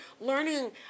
learning